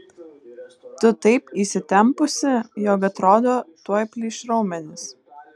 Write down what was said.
tu taip įsitempusi jog atrodo tuoj plyš raumenys